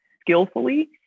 skillfully